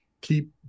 Keep